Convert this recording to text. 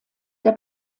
der